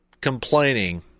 complaining